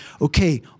okay